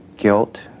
Guilt